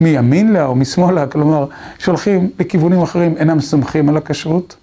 מימין לה או משמאלה, כלומר, שולחים לכיוונים אחרים אינם סומכים על הכשרות